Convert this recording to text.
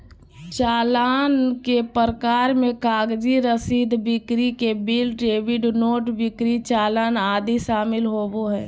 चालान के प्रकार मे कागजी रसीद, बिक्री के बिल, डेबिट नोट, बिक्री चालान आदि शामिल होबो हय